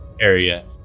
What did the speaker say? area